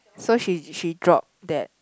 so she she dropped that